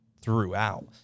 throughout